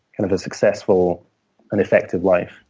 kind of a successful and effective life.